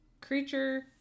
Creature